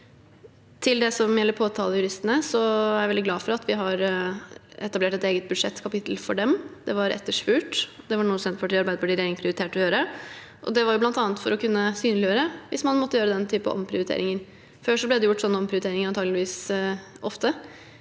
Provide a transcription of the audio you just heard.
Til det som gjelder påtalejuristene: Jeg er veldig glad for at vi har etablert et eget budsjettkapittel for dem. Det var etterspurt. Det var noe Senterpartiet og Arbeiderpartiet i regjering prioriterte å gjøre. Det var bl.a. for å kunne synliggjøre det hvis man måtte gjøre den type omprioriteringer. Før ble det antakeligvis gjort sånne prioriteringer ofte,